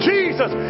Jesus